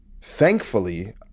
thankfully